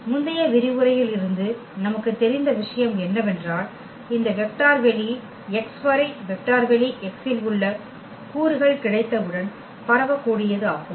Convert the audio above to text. முந்தைய விரிவுரையில் இருந்து நமக்குத் தெரிந்த விஷயம் என்னவென்றால் இந்த வெக்டர் வெளி x வரை வெக்டர் வெளி x இல் உள்ள கூறுகள் கிடைத்தவுடன் பரவக்கூடியது ஆகும்